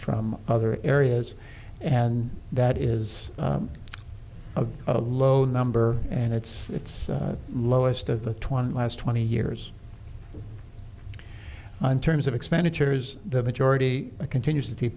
from other areas and that is a low number and its its lowest of the twenty last twenty years in terms of expenditures the majority continue city